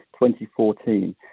2014